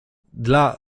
dla